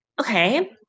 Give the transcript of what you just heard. Okay